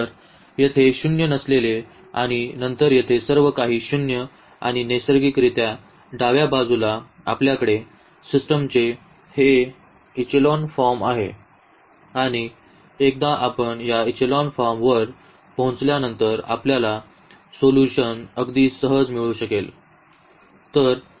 तर येथे शून्य नसलेले आणि नंतर येथे सर्व काही शून्य आणि नैसर्गिकरित्या डाव्या बाजूला आपल्याकडे सिस्टमचे हे एक्चेलॉन फॉर्म आहे आणि एकदा आपण या एक्चेलॉन फॉर्मवर पोहोचल्यानंतर आपल्याला सोल्यूशन अगदी सहज मिळू शकेल